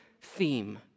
theme